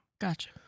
Gotcha